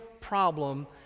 problem